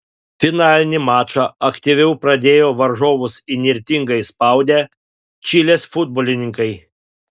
finalinį mačą aktyviau pradėjo varžovus įnirtingai spaudę čilės futbolininkai